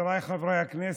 חבריי חברי הכנסת,